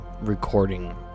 recording